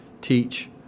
teach